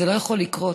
זה לא יכול לקרות.